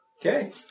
Okay